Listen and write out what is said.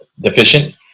deficient